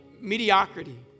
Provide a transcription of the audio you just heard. mediocrity